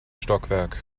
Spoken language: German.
stockwerk